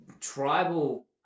tribal